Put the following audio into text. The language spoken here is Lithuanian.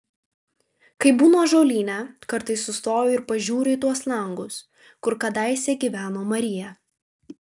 kai būnu ąžuolyne kartais sustoju ir pažiūriu į tuos langus kur kadaise gyveno marija